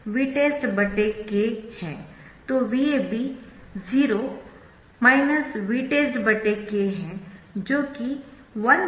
तो VAB 0 Vtest k है जो कि 1k×Vtest है